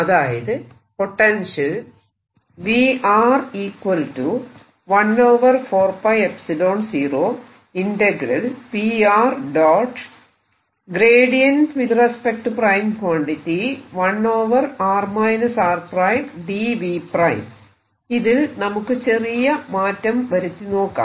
അതായത് പൊട്ടൻഷ്യൽ ഇതിൽ നമുക്ക് ചെറിയ മാറ്റം വരുത്തിനോക്കാം